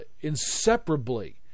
Inseparably